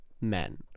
men